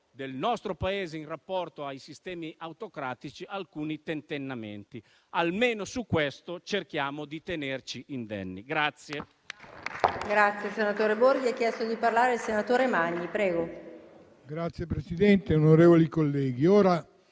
del nostro Paese in rapporto ai sistemi autocratici determina alcuni tentennamenti. Almeno da questo cerchiamo di tenerci indenni.